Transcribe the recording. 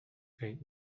paint